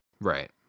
Right